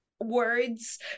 words